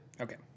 Okay